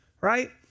right